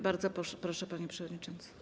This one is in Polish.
Bardzo proszę, panie przewodniczący.